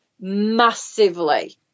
massively